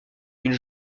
une